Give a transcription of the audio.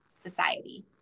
society